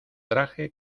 traje